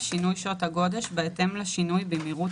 "שינוי שעות הגודש בהתאם לשינוי במהירות